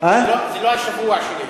זה לא השבוע שלי.